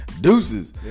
deuces